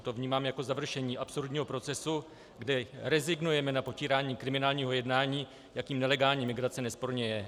To vnímám jako završení absurdního procesu, kde rezignujeme na potírání kriminálního jednání, jakým nelegální migrace nesporně je.